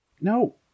No